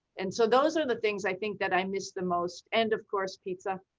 and so those are the things i think that i miss the most. and of course pizza.